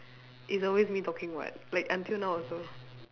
it's always me talking [what] like until now also